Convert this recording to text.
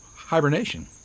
hibernation